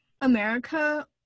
America